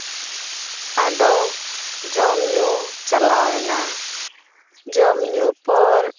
ᱟᱫᱚ ᱡᱚᱢ ᱧᱩ ᱪᱟᱞᱟᱣᱮᱱᱟ ᱡᱚᱢ ᱧᱩ ᱯᱚᱨ